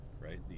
right